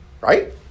Right